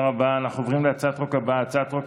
אנחנו עוברים להצעת החוק הבאה, הצעת חוק